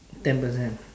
ten percent